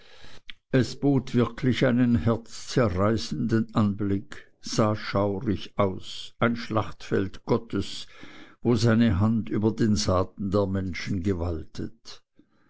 es bot wirklich einen herzzerreißenden anblick sah schaurig aus ein schlachtfeld gottes wo seine hand über den saaten der menschen gewaltet